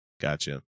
gotcha